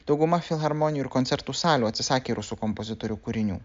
dauguma filharmonijų ir koncertų salių atsisakė rusų kompozitorių kūrinių